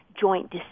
joint